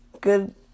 good